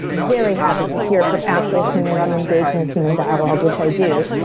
very happy to hear from actual humans and engage in a human dialogue which i do.